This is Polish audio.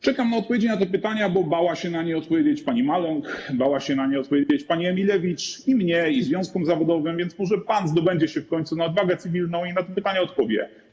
Czekam na odpowiedzi na te pytania, bo bała się na nie odpowiedzieć pani Maląg, bała się na nie odpowiedzieć pani Emilewicz i mnie, i związkom zawodowym, więc może pan zdobędzie się w końcu na odwagę cywilną i na te pytania odpowie.